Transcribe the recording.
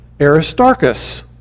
Aristarchus